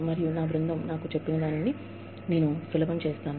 మరియు నా బృందం నాకు చెప్పినదానిని నేను సులభం చేసాను